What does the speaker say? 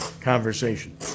conversation